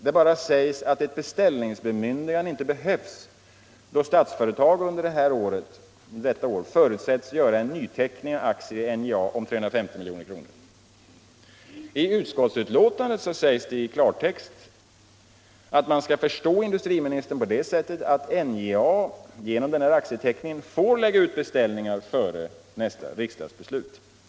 Det bara sägs att ett beställningsbemyndigande inte behövs, då Statsföretag under detta år förutsätts göra en nyteckning av aktier i NJA om 350 milj.kr. I utskottsbetänkandet sägs i klartext att man skall förstå industriministern på det sättet att NJA genom den här aktieteckningen får lägga ut beställningar före nästa riksdagsbeslut.